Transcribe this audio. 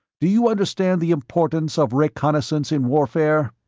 do you understand the importance of reconnaissance in warfare?